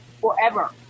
forever